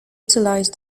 utilize